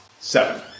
Seven